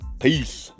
Peace